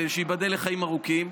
שייבדל לחיים ארוכים?